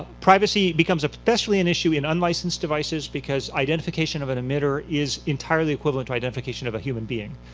privacy becomes especially an issue in unlicensed devices because identification of an emitter is entirely equivalent to identification of a human being.